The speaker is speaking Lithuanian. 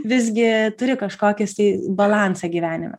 visgi turi kažkokis balansą gyvenime